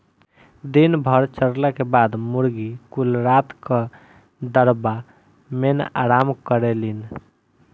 दिन भर चरला के बाद मुर्गी कुल रात क दड़बा मेन आराम करेलिन